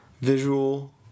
Visual